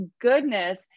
goodness